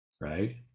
right